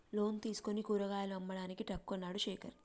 loan తీసుకుని కూరగాయలు అమ్మడానికి ట్రక్ కొన్నడు శేఖర్